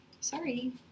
Sorry